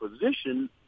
position